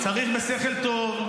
ולכן עליתי לפה,